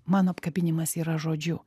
mano apkabinimas yra žodžiu